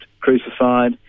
crucified